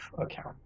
account